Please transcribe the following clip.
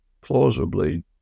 plausibly